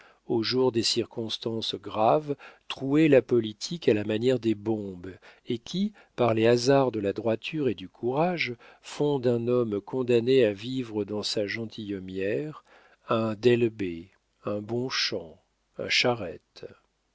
au jour des circonstances graves trouer la politique à la manière des bombes et qui par les hasards de la droiture et du courage font d'un homme condamné à vivre dans sa gentilhommière un d'elbée un bonchamp un charette